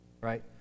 Right